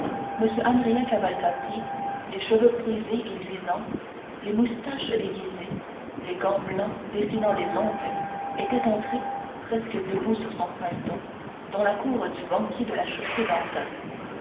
andrea cavalcanti les cheveux frisés et luisants les moustaches aiguisées les gants blancs dessinant les ongles était entré presque debout sur son phaéton dans la cour du banquier de la chaussée-d'antin